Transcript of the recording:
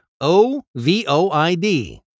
O-V-O-I-D